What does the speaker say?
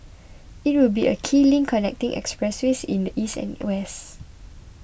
it will be a key link connecting expressways in the east and west